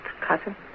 cousin